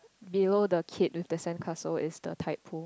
below the kid with the sand castle is the tide pool